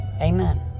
Amen